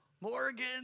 Morgan